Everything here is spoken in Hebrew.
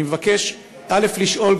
גברתי השרה, אני מבקש לשאול: